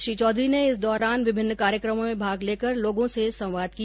श्री चौधरी ने इस दौरान विभिन्न कार्यक्रमों में भाग लेकर लोगों से संवाद किया